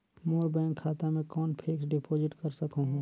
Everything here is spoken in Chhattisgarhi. मोर बैंक खाता मे कौन फिक्स्ड डिपॉजिट कर सकहुं?